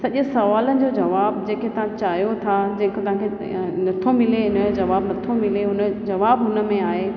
सॼे सवालनि जो जवाबु जेके तव्हां चाहियो था जेको तव्हांखे नथो मिले हुन जो जवाबु हुनमें आहे